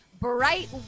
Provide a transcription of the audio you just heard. bright